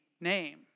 name